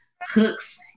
hooks